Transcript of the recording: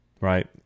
right